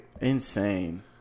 Insane